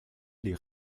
les